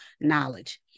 knowledge